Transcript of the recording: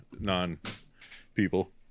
non-people